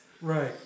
Right